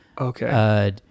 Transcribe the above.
Okay